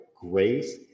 grace